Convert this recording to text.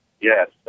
Yes